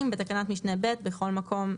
בתקנת משנה (ב1) בכל מקום,